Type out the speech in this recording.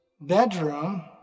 bedroom